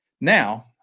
Now